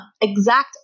exact